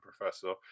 Professor